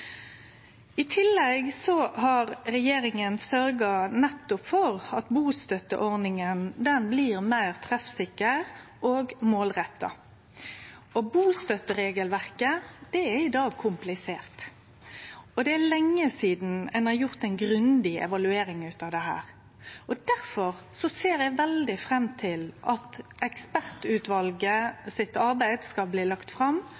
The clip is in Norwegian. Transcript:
nettopp bustønadsordninga blir meir treffsikker og målretta. Bustønadsregelverket er i dag komplisert, og det er lenge sidan ein har gjort ei grundig evaluering av det. Difor ser eg veldig fram til at arbeidet til ekspertutvalet skal bli lagt fram,